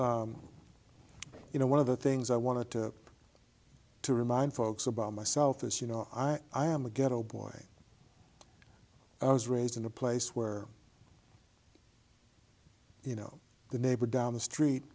you know one of the things i wanted to to remind folks about myself is you know i am a ghetto boy i was raised in a place where you know the neighbor down the street